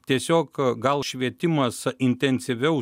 tiesiog gal švietimas intensyviau